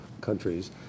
countries